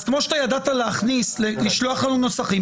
כמו שאתה ידעת לשלוח לנו נוסחים,